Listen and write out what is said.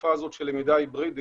בתקופה זו של למידה היברידית